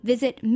Visit